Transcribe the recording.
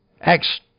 Acts